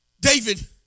David